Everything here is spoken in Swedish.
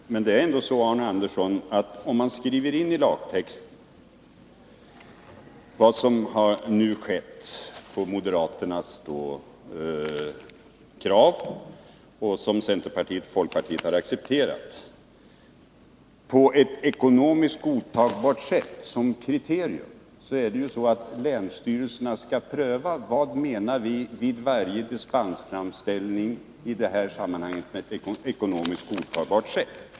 Fru talman! Men det är ändå så, Arne Andersson i Ljung, att om man skriver in i lagtexten vad moderaterna kräver och centerpartiet och folkpartiet har accepterat och har ”ett ekonomiskt godtagbart sätt” som kriterium, så skall ju länsstyrelserna vid varje framställning om dispens pröva vad vi i det sammanhanget menar med ekonomiskt godtagbart sätt.